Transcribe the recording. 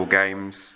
games